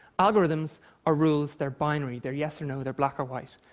algorithms are rules. they're binary. they're yes or no, they're black or white.